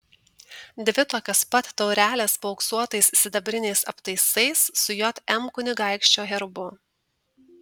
dvi tokios pat taurelės paauksuotais sidabriniais aptaisais su jm kunigaikščio herbu